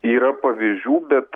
yra pavyzdžių bet